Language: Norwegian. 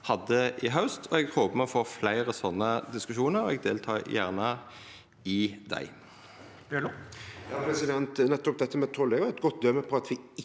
hadde i haust. Eg håper me får fleire slike diskusjonar, og eg deltek gjerne i dei.